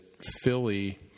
Philly